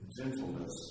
gentleness